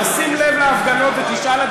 תשים לב להפגנות ותשאל,